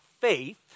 faith